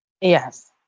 Yes